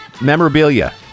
memorabilia